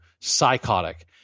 psychotic